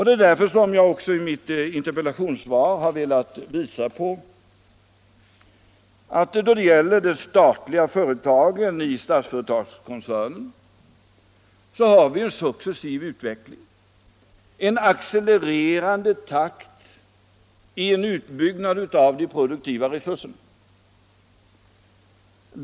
Det är därför som jag också i mitt interpellationssvar har velat visa på att vi när det gäller de statliga företagen i Statsföretagskoncernen har en accelererande takt i utbyggnaden av de produktiva resurserna.